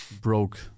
broke